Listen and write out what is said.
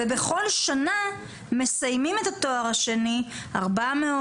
ובכל שנה מסיימים את התואר השני: 400,